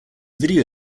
video